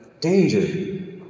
Danger